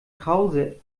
krause